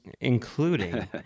including